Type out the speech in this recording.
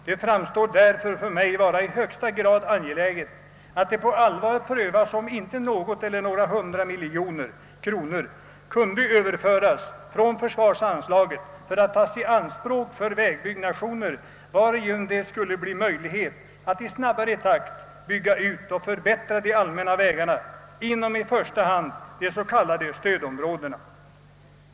Det framstår därför för mig som i högsta grad angeläget att det på allvar prövas om inte något eller några hundratal miljoner kronor kunde överföras från försvarsanslaget för att tagas i anspråk för vägbyggande, varigenom det skulle bli möjligt att i snabbare takt bygga ut och förbättra de allmänna vägarna inom i första hand de s.k. stödområdena.